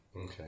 Okay